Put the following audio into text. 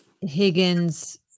Higgins